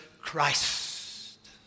Christ